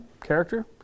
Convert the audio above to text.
character